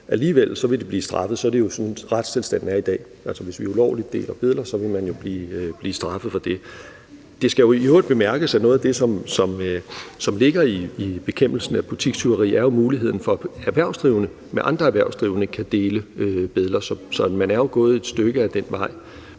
alligevel, vil de blive straffet, så er det jo sådan, retstilstanden er i dag. Altså, hvis man ulovligt deler billeder, vil man jo blive straffet for det. Det skal i øvrigt bemærkes, at noget af det, som ligger i bekæmpelsen af butikstyveri, er muligheden for, at erhvervsdrivende kan dele billede med andre erhvervsdrivende. Så man er jo gået et stykke ad den vej.